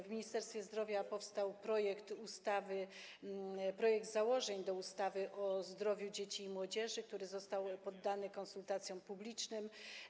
W Ministerstwie Zdrowia powstał projekt założeń do ustawy o zdrowiu dzieci i młodzieży, który został poddany konsultacjom publicznym.